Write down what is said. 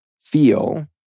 feel